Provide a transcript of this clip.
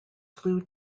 flew